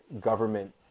government